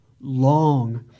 long